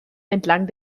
entlang